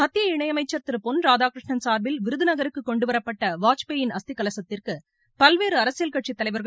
மத்திய இணையமைச்சர் திரு பொன் ராதாகிருஷ்ணன் சார்பில் விருதநகருக்கு கொண்டுவரப்பட்ட வாஜ்பாயின் அஸ்தி கலசத்திற்கு பல்வேறு அரசியல் கட்சித்தலைவர்கள்